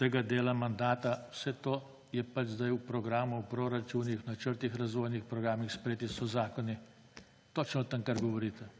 tega dela mandata. Vse to je pač zdaj v programu, proračunih, načrtih razvojnih programih. Sprejeti so zakoni. Točno o tem, kar govorite